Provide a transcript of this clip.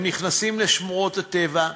הם נכנסים לשמורות הטבע,